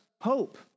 hope